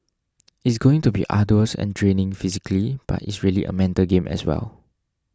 it's going to be arduous and draining physically but it's really a mental game as well